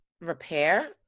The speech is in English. repair